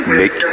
make